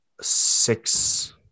six